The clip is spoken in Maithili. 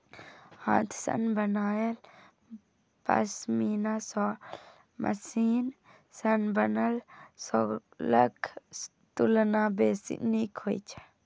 हाथ सं बनायल पश्मीना शॉल मशीन सं बनल शॉलक तुलना बेसी नीक होइ छै